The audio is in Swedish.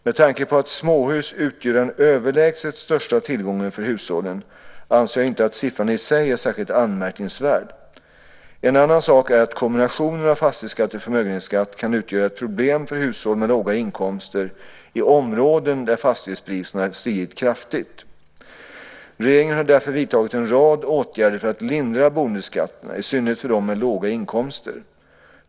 Med tanke på att småhus utgör den överlägset största tillgången för hushållen anser jag inte att siffran i sig är särskilt anmärkningsvärd. En annan sak är att kombinationen av fastighetsskatt och förmögenhetsskatt kan utgöra ett problem för hushåll med låga inkomster i områden där fastighetspriserna stigit kraftigt. Regeringen har därför vidtagit en rad åtgärder för att lindra boendeskatterna, i synnerhet för dem med låga inkomster.